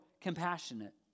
compassionate